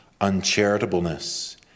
Uncharitableness